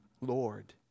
Lord